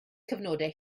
cyfnodau